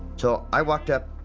so i walked up